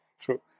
True